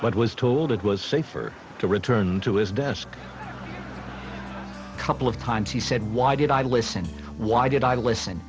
was told it was safer to return to his desk couple of times he said why did i listen why did i listen